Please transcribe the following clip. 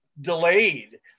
delayed